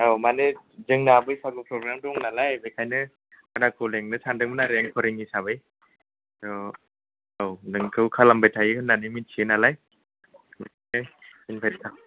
औ मानि जोंना बैसागु फ्रग्राम दं नालाय बेखायनो आदाखौ लेंनो सानदोंमोन आरो एंख'रिं हिसाबै औ औ नोंखौ खालामबाय थायो होननानै मिथियो नालाय बेनो इनभाइटेस'ना